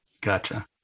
gotcha